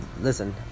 listen